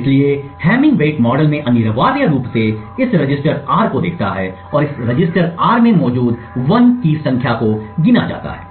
इसलिए Hamming weight model में अनिवार्य रूप से इस रजिस्टर R को देखता है और इस रजिस्टर R में मौजूद 1s की संख्या को गिना जाता है